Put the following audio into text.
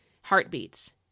heartbeats